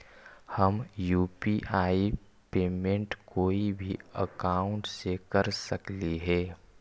हम UPI payment कोई भी अकाउंट से कर सकली हे?